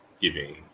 giving